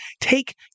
take